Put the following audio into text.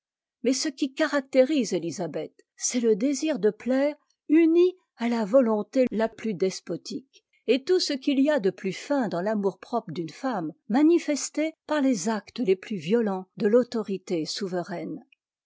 mais ce qui caractérise élisabeth c'est le désir de plaire uni à la volonté la plus despotique et tout ce qu'il y a de plus fin dans l'amour-propre d'une femme manifesté par les actes les plus violents de l'autorité souveraine